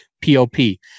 P-O-P